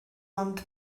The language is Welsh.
ond